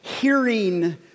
hearing